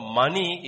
money